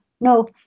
no